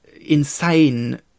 insane